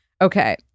Okay